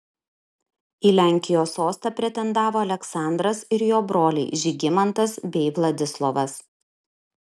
į lenkijos sostą pretendavo aleksandras ir jo broliai žygimantas bei vladislovas